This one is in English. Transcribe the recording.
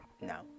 no